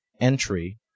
entry